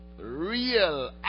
real